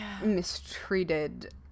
mistreated